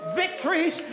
victories